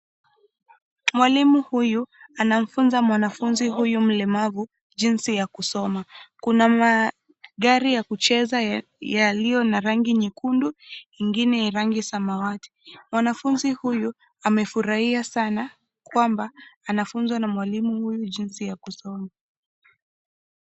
Mwalimu huyu anafunza mwanafunzi huyo mlemavu jinsi ya kusoma. Kuna magari ya kucheza yaliyo na rangi nyekundu ingine ya rangi samawati. Mwanafunzi huyu amefurahia sana kwamba anafunzwa na mwalimu huyu jinsi ya kusoma.